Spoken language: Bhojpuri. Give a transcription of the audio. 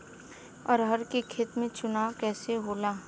अरहर के खेत के चुनाव कइसे होला?